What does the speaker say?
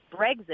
Brexit